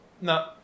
No